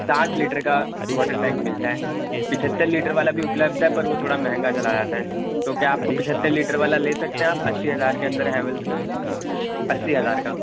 ساٹھ لیٹر کا water tank ملتا ہے پچہتر لیٹر والا بھی اپلبدھ ہے پر وہ تھوڑا مہنگا چلا جاتا ہے تو کیا آپ کو پچہتر لیٹر والا لے سکتے ہیں آپ اسی ہزار کے اندر ہیولس کا اسی ہزار کا